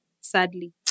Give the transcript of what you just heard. Sadly